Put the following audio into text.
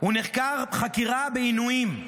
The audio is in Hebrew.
הוא נחקר חקירה בעינויים.